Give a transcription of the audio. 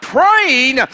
Praying